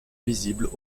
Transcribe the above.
visibles